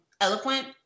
eloquent